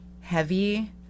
heavy